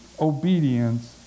obedience